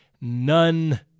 None